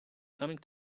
coming